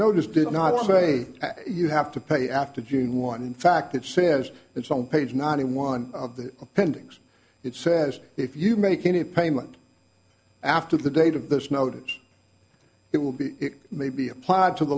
notice did not say you have to pay after june one fact it says it's on page ninety one of the appendix it says if you make any payment after the date of this notice it will be may be applied to